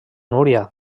núria